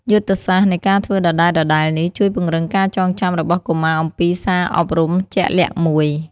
យុទ្ធសាស្ត្រនៃការធ្វើដដែលៗនេះ ជួយពង្រឹងការចងចាំរបស់កុមារអំពីសារអប់រំជាក់លាក់មួយ។